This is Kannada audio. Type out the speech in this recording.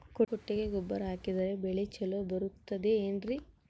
ಕೊಟ್ಟಿಗೆ ಗೊಬ್ಬರ ಹಾಕಿದರೆ ಬೆಳೆ ಚೊಲೊ ಬರುತ್ತದೆ ಏನ್ರಿ?